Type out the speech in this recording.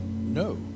no